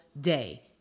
day